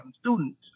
students